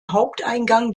haupteingang